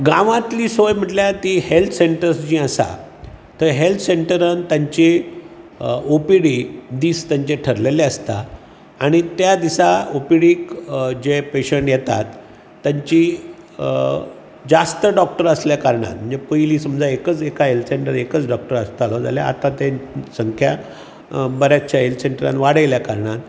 गांवातली सोय म्हटल्यार ती हेल्थ सेंटर्स जी आसा थंय हेल्थ सेंटरान तांची ओपीडी दिस तेंचे थारलेले आसता आनी त्या दिसा ओपीडीक जे पेशंट येतात तांची जास्त डॉक्टर आसल्या कारणान म्हणजे पयलीॆ समजा एकच एका हेल्थ सेंटर एकच डॉक्टर आसतालो जाल्यार आता ते संख्या बऱ्यातशां हेल्थ सेंटरान वाडयल्या कारणान